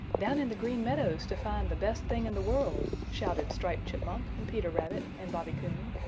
down in the green meadows to find the best thing in the world! shouted striped chipmunk and peter rabbit and bobby coon.